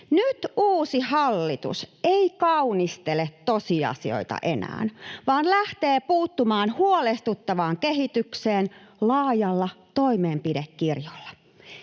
Nyt uusi hallitus ei kaunistele tosiasioita enää, vaan lähtee puuttumaan huolestuttavaan kehitykseen laajalla toimenpidekirjolla.